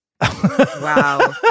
wow